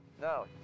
No